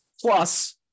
Plus